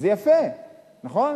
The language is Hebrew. זה יפה, נכון?